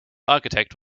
architect